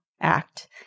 act